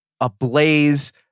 ablaze